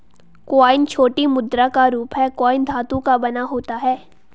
coin छोटी मुद्रा का रूप है कॉइन धातु का बना होता है